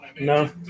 No